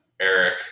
Eric